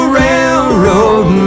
railroad